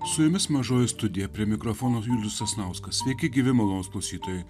su jumis mažoji studija prie mikrofono julius sasnauskas likę gyvi maldos klausytojai